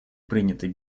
принятой